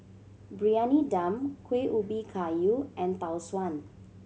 Briyani Dum Kuih Ubi Kayu and Tau Suan